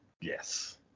yes